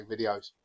videos